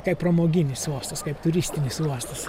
kaip pramoginis uostas kaip turistinis uostas